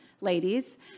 ladies